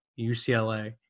UCLA